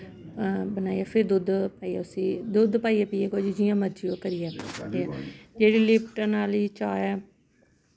बनाइयै फिर दुद्ध पाइयै उस्सी दुद्ध पाइयै पियै कोई जां जि'यां मर्जी ओह् करियै जेह्ड़ी लिपटन आह्ली चाह् ऐ